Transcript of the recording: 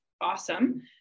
awesome